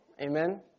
Amen